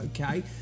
okay